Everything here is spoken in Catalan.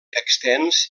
extens